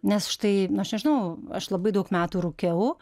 nes štai aš nežinau aš labai daug metų rūkiau